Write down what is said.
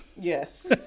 yes